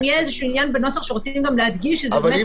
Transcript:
לא, אבל זה רלוונטי לסיטואציה של סגירה.